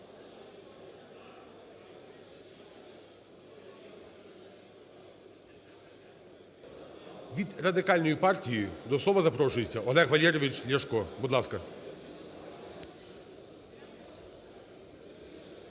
Від Радикальної партії до слова запрошується Олег Валерійович Ляшко, будь ласка.